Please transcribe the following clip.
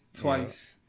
twice